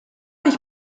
ich